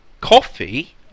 Coffee